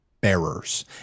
bearers